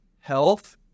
health